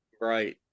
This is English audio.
Right